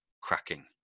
cracking